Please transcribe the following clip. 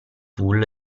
tool